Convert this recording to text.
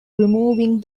removing